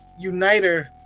uniter